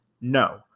No